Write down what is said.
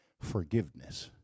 forgiveness